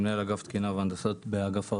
מנהל אגף תקינה והנדסה באגף הרכב.